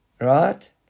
Right